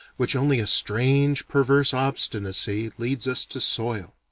which only a strange perverse obstinacy leads us to soil.